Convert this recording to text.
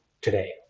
today